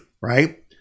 right